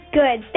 good